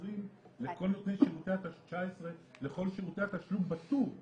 19 היא לכל נותני שירותי התשלום בטור.